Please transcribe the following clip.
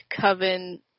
coven